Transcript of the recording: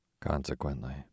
Consequently